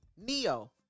Neo